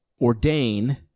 ordain